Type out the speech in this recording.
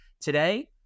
Today